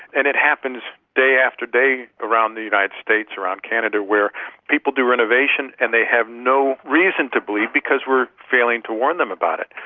and it happens day after day around the united states, around canada, where people do renovation and they have no reason to believe, because we're failing to warn them about it.